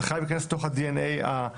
זה חייב להיכנס לתוך הDNA המשטרתי.